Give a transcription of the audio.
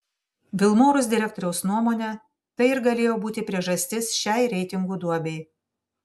vilmorus direktoriaus nuomone tai ir galėjo būti priežastis šiai reitingų duobei